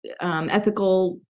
ethical